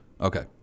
Okay